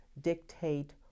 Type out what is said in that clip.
dictate